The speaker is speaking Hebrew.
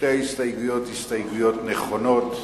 שתי ההסתייגויות הסתייגויות נכונות.